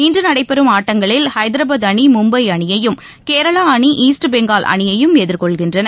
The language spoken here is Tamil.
இன்று நடைபெறும் ஆட்டங்களில் ஹைதராபாத் அணி மும்பை அணினயயும் கேரளா அணி ஈஸ்ட் பெங்கால் அணியையும் எதிர்கொள்கின்றன